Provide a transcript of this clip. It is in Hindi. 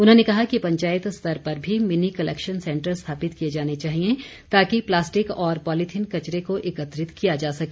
उन्होंने कहा कि पंचायत स्तर पर भी मिनी कलैक्शन सेंटर स्थापित किए जाने चाहिए ताकि प्लास्टिक और पॉलीथीन कचरे को एकत्रित किया जा सके